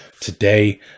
today